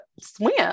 swim